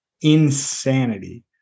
Insanity